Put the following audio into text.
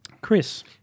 Chris